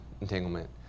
entanglement